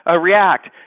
React